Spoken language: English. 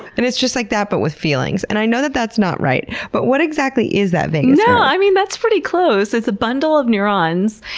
and it's just like that, but with feelings. and i know that that's not right. but what exactly is that vagus nerve? no! i mean, that's pretty close! it's a bundle of neurons.